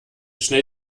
schnell